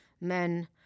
Men